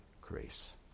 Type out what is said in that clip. grace